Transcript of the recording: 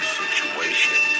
situation